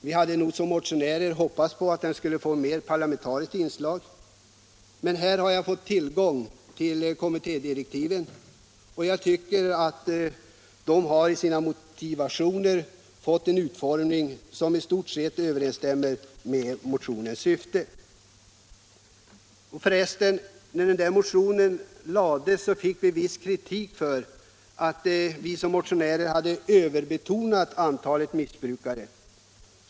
Jag hade nog som motionär hoppats på att den skulle få ett parlamentariskt inslag. Men jag har här fått tillgång till kommittédirektiven och tycker att de fått en utformning som i stort överensstämmer med motionens syfte. När den här motionen lades fick vi viss kritik för att vi som motionärer hade överbetonat antalet missbrukare.